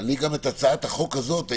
אז גם את כל הצעת החוק הזאת,